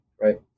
right